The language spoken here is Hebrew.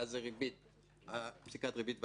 ואז זה פסיקת ריבית והצמדה,